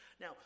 Now